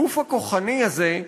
הגוף הכוחני הזה,